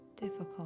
difficult